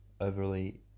overly